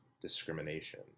discrimination